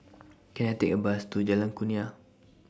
Can I Take A Bus to Jalan Kurnia